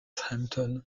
hampton